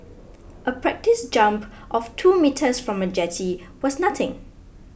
a practice jump of two metres from a jetty was nothing